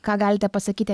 ką galite pasakyti